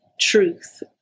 truth